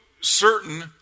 certain